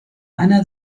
einer